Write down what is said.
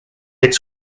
its